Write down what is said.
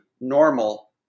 normal